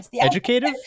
Educative